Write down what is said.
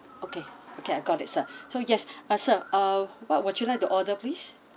okay okay I got it sir so yes but sir uh what would you like to order please